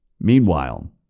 Meanwhile